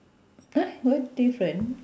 !huh! what different